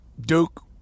Duke